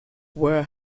where